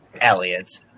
Elliot